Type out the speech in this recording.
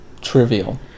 Trivial